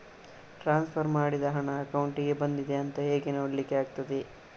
Transfer ಮಾಡಿದ ಹಣ ಅಕೌಂಟಿಗೆ ಬಂದಿದೆ ಅಂತ ಹೇಗೆ ನೋಡ್ಲಿಕ್ಕೆ ಆಗ್ತದೆ?